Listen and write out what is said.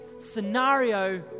scenario